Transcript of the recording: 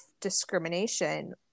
discrimination